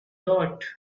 thought